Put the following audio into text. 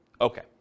Okay